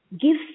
give